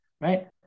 Right